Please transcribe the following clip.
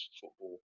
football